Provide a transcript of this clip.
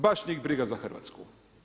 Baš njih briga za Hrvatsku.